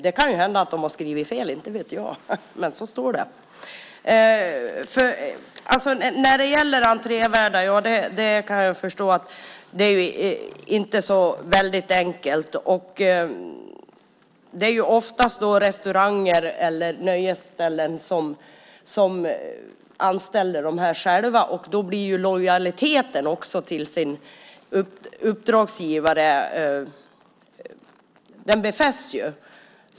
Det kan hända att de har skrivit fel, inte vet jag, men så står det. Jag kan förstå att det inte är så enkelt med entrévärdarna. Det är oftast restauranger eller nöjesställen som anställer dessa själva. Då befästs också lojaliteten till uppdragsgivaren.